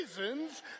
reasons